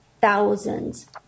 thousands